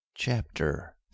Chapter